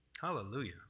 Hallelujah